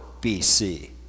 BC